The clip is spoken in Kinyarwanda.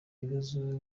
bibazo